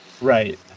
Right